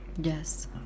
Yes